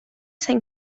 sem